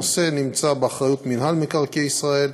הנושא נמצא באחריות מינהל מקרקעי ישראל,